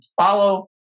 follow